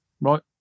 right